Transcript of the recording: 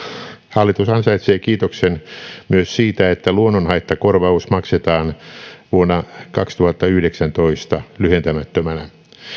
hallitus ansaitsee kiitoksen myös siitä että luonnonhaittakorvaus maksetaan vuonna kaksituhattayhdeksäntoista lyhentämättömänä